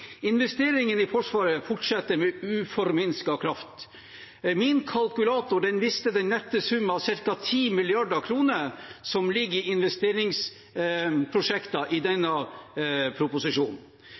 Investeringene i Forsvaret fortsetter med uforminsket kraft. Min kalkulator viste den nette sum av ca. 10 mrd. kr som ligger i investeringsprosjekter i